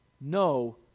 No